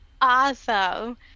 Awesome